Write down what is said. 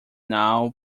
now